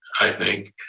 i think.